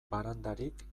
barandarik